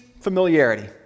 familiarity